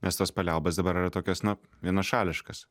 nes tos paliaubos dabar yra tokios na vienašališkas